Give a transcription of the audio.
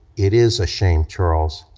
it is a shame, charles,